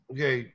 Okay